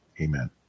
Amen